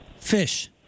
Fish